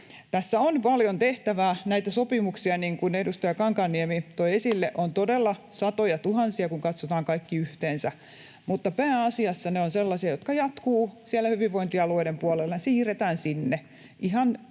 Tässä on paljon tehtävää. Näitä sopimuksia, niin kuin edustaja Kankaanniemi toi esille, on todella satojatuhansia, kun katsotaan kaikki yhteensä, mutta pääasiassa ne ovat sellaisia, jotka jatkuvat siellä hyvinvointialueiden puolella, ne siirretään sinne